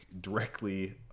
directly